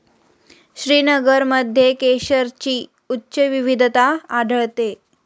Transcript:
श्रीनगरमध्ये केशरची उच्च विविधता आढळते